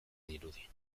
dirudi